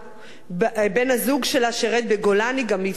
בן-הזוג שלה שירת בגולני, גם נפצע שם.